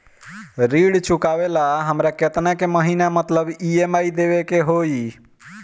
ऋण चुकावेला हमरा केतना के महीना मतलब ई.एम.आई देवे के होई?